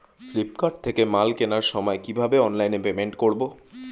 Flipkart থেকে মাল কেনার সময় কিভাবে অনলাইনে পেমেন্ট করব?